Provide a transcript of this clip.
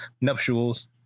nuptials